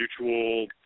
mutual